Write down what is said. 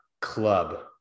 club